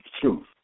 truth